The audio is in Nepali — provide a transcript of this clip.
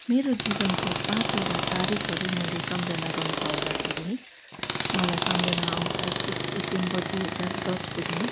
मेरो जीवनको पाँचवटा तारिकहरू मैले सम्झना गर्नु पर्दाखेरि मलाई सम्झना आउँछ एकतिस डिसेम्बर दुई हजार दसको दिन